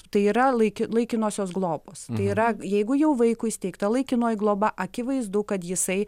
tai yra laiki laikinosios globos tai yra jeigu jau vaikui įsteigta laikinoji globa akivaizdu kad jisai